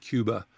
Cuba